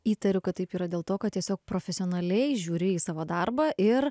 įtariu kad taip yra dėl to kad tiesiog profesionaliai žiūri į savo darbą ir